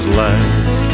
life